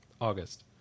August